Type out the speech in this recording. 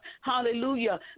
hallelujah